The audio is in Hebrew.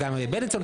וגם בילינסון.